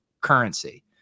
currency